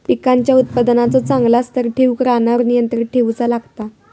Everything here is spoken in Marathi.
पिकांच्या उत्पादनाचो चांगल्या स्तर ठेऊक रानावर नियंत्रण ठेऊचा लागता